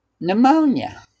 pneumonia